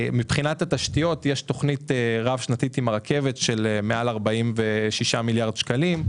מבחינת התשתיות יש תכנית רב שנתית עם הרכבת של מעל 46 מיליארד שקלים,